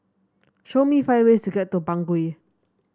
show me five ways to get to Bangui